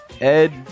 Ed